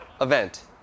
event